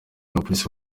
abapolisi